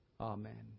Amen